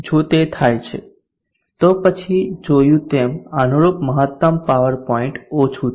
જો તે થાય છે તો પછી જોયું તેમ અનુરૂપ મહત્તમ પાવર પોઇન્ટ ઓછું થશે